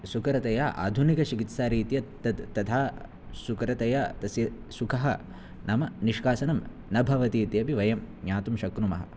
सुकरतया आधुनिकचिकित्सारीत्या तद् तथा सुकरतया तस्य सुखं नाम निष्कासनं न भवति इत्यपि वयं ज्ञातुं शक्नुमः